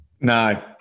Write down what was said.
No